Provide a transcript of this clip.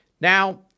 Now